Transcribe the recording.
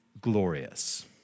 glorious